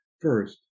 First